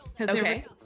Okay